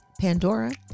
Pandora